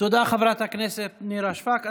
חברת הכנסת נירה שפק.